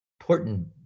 important